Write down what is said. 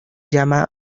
llama